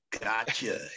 gotcha